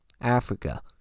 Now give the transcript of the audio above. Africa